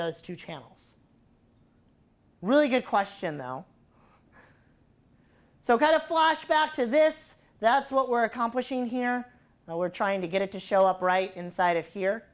those two channels really good question though so kind of flashback to this that's what we're accomplishing here and we're trying to get it to show up right inside of